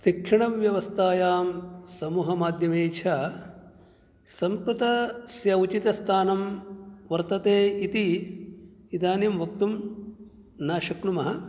शिक्षणव्यवस्थायां समूहमाध्यमे च संस्कृतस्य उचितस्थानं वर्तते इति इदानीं वक्तुं न शक्नुमः